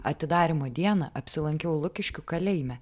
atidarymo dieną apsilankiau lukiškių kalėjime